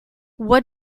what